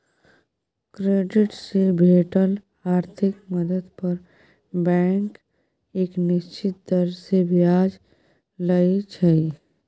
credit से भेटल आर्थिक मदद पर बैंक एक निश्चित दर से ब्याज लइ छइ